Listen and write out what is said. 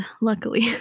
luckily